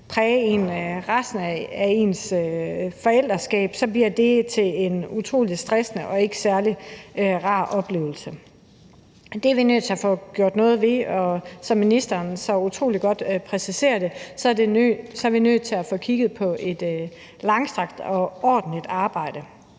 præge resten af ens forældreskab, til en utrolig stressende og ikke er særlig rar oplevelse. Det er vi nødt til at få gjort noget ved, og som ministeren så utrolig godt præciserer det, er vi nødt til at få kigget på et langstrakt og ordentligt arbejde.